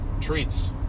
treats